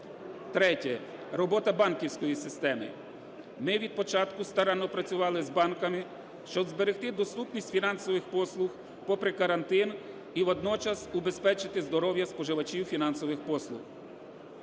Третє. Робота банківської системи. Ми від початку старанно працювали з банками, щоб зберегти доступність фінансових послуг попри карантин і водночас убезпечити здоров'я споживачів фінансових послуг.